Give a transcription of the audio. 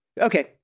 Okay